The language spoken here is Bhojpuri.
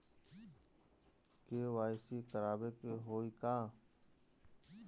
के.वाइ.सी करावे के होई का?